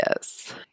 Yes